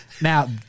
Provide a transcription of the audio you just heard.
Now